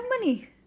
money